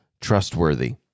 trustworthy